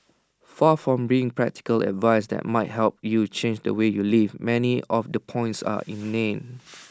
far from being practical advice that might help you change the way you live many of the points are inane